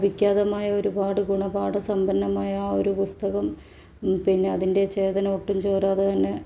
വിഖ്യാതമായ ഒരുപാട് ഗുണപാഠ സമ്പന്നമായ ഒരു പുസ്തകം പിന്നെ അതിൻ്റെ ചേതന ഒട്ടുംചോരാതെ തന്നെ